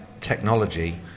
technology